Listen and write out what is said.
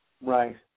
Right